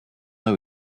know